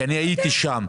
אני הייתי שם.